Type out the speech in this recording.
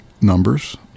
numbers